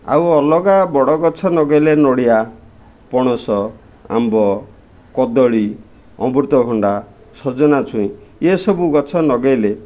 ଆଉ ଅଲଗା ବଡ଼ ଗଛ ନଗେଇଲେ ନଡ଼ିଆ ପଣସ ଆମ୍ବ କଦଳୀ ଅମୃତଭଣ୍ଡା ସଜନା ଛୁଇଁ ଏ ସବୁ ଗଛ ନଗେଇଲେ